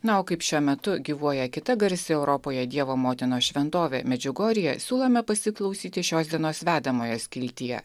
na o kaip šiuo metu gyvuoja kita garsi europoje dievo motinos šventovė medžiugorjė siūlome pasiklausyti šios dienos vedamojo skiltyje